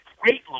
great